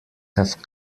have